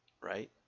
right